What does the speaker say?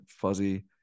fuzzy